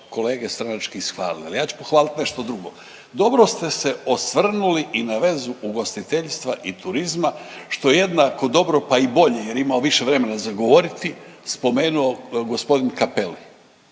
kolegi stranački ishvalili, ali ja ću pohvaliti nešto drugo. Dobro ste se osvrnuli i na vezu ugostiteljstva i turizma, što jednako dobro, pa i bolje, jer imamo više vremena za govoriti, spomenuo g. Cappelli.